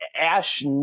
Ash